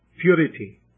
purity